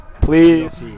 Please